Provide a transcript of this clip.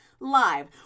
live